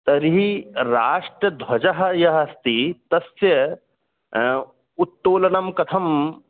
तर्हि राष्ट्रध्वजः यः अस्ति तस्य उत्तोलनं कथम्